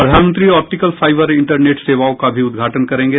प्रधानमंत्री optical fibre internet सेवाओं का भी उद्घाटन करेंगे